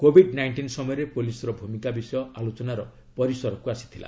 Covid nineteen ସମୟରେ ପୁଲିସ୍ର ଭୂମିକା ବିଷୟ ଆଲୋଚନା ପରିସରକୁ ଆସିଥିଲା